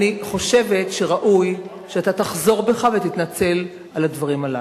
אני חושבת שראוי שאתה תחזור בך ותתנצל על הדברים הללו.